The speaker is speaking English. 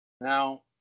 Now